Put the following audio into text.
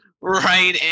right